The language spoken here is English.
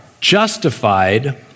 justified